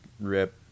rip